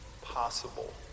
possible